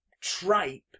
tripe